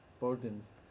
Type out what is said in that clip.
burdens